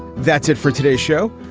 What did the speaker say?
that's it for today's show.